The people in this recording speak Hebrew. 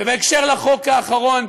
ובהקשר לחוק האחרון,